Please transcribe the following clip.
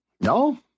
No